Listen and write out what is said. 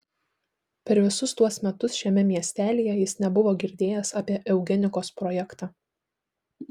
per visus tuos metus šiame miestelyje jis nebuvo girdėjęs apie eugenikos projektą